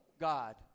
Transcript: God